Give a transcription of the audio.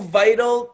vital